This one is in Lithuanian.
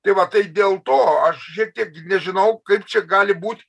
tai va tai dėl to aš šiek tiek nežinau kaip čia gali būt